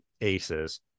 aces